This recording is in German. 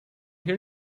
hier